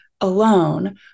alone